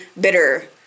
bitter